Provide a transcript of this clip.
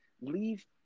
leave